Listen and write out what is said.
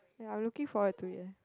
ya I'm looking forward to it eh